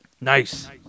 Nice